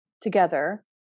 together